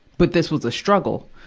but this was a struggle.